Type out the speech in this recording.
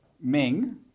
Ming